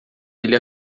ele